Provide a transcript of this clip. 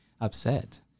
upset